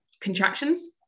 contractions